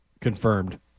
Confirmed